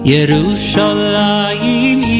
Yerushalayim